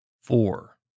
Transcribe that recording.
Four